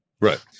Right